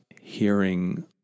hearing